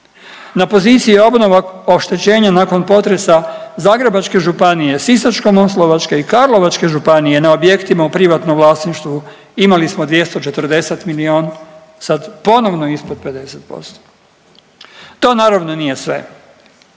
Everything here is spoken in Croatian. Na poziciji obnova oštećenja nakon potresa Zagrebačke županije, Sisačko-moslavačke i Karlovačke županije na objektima u privatnom vlasništvu imali smo 240 milijun, sad ponovno ispod 50%. To naravno nije sve.